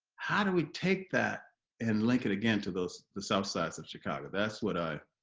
how do we take that and link it again to those the south sides of chicago that's what ah